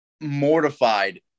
mortified